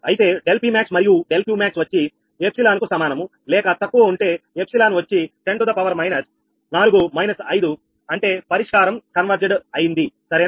అయితే ∆𝑃 max మరియు ∆𝑄max వచ్చి ఎప్సిలాన్ కు సమానము లేక తక్కువ ఉంటేఎప్సిలాన్ వచ్చి టెంటుద పవర్ మైనస్ 4 మైనస్ 5 అంటే పరిష్కారం కన్వర్ జెడ్ అయ్యింది సరేనా